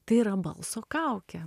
tai yra balso kaukė